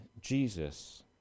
Jesus